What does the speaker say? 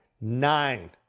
nine